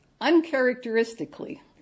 uncharacteristically